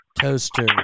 toaster